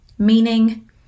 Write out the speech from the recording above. Meaning